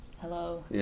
Hello